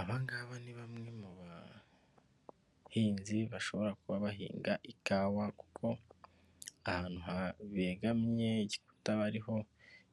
Abangaba ni bamwe mu bahinzi bashobora kuba bahinga ikawa, kuko ahantu ha begamye igikuta bariho